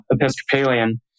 Episcopalian